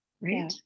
right